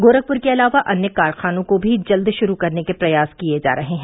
गोरखपुर के अलावा अन्य कारखानों को भी जल्द शुरू करने के प्रयास किये जा रहे हैं